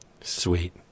Sweet